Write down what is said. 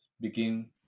begin